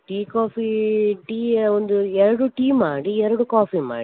tea coffee tea ಒಂದು ಎರಡು tea ಮಾಡಿ ಎರಡು ಕಾಫಿ ಮಾಡಿ